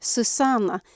Susanna